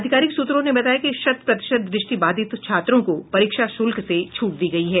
अधिकारिक सूत्रों ने बताया कि शत प्रतिशत द्रष्टि बाधित छात्रों को परीक्षा शुल्क से छूट दी गयी है